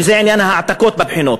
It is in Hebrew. בעניין ההעתקות בבחינות.